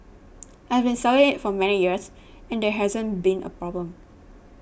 I have been selling it for many years and there hasn't been a problem